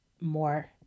more